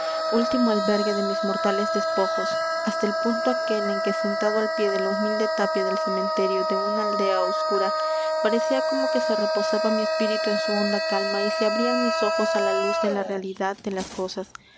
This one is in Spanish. último albergue de mis mortales despojos hasta el punto aquel en que sentado al pie de la humilde tapia del cementerio de una aldea oscura parecía como que se reposaba mi espíritu en su honda calma y se abrían mis ojos á la luz de la realidad de las cosas